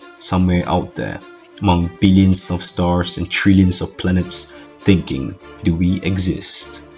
somewhere out there among billions of stars and trillions of planets thinking do we exists